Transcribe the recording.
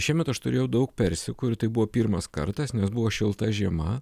šiemet aš turėjau daug persikų ir tai buvo pirmas kartas nes buvo šilta žiema